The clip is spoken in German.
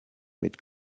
mit